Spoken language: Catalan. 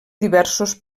diversos